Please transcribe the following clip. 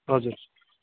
हजुर